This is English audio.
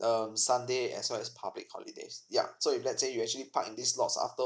um sunday as well as public holidays yup so if let's say you actually parks in these lots after